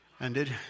ended